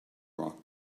rock